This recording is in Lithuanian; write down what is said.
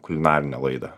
kulinarinę laidą